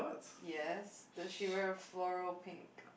yes does she wear a floral pink